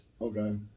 Okay